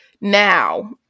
Now